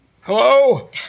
hello